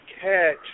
catch